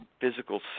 physical